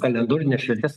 kalendorines šventes